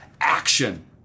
Action